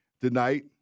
Tonight